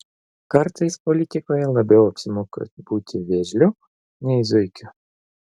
kartais politikoje labiau apsimoka būti vėžliu nei zuikiu